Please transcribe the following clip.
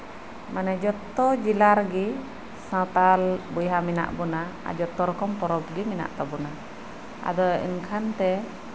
ᱢᱟᱱᱮ ᱡᱚᱛ ᱡᱮᱞᱟ ᱨᱮᱜᱮ ᱥᱟᱶᱛᱟᱞ ᱵᱚᱭᱦᱟ ᱢᱮᱱᱟᱜ ᱵᱚᱱᱟ ᱡᱚᱛᱚ ᱨᱚᱠᱚᱢ ᱡᱚᱛᱚ ᱨᱚᱠᱚᱢ ᱯᱚᱨᱚᱵᱽ ᱜᱮ ᱢᱮᱱᱟᱜ ᱛᱟᱵᱚᱱᱟ ᱟᱫᱚ ᱮᱱᱠᱷᱟᱱᱛᱮ